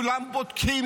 כולם בודקים,